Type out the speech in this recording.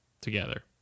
together